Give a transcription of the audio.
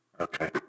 Okay